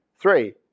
three